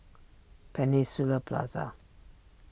Peninsula Plaza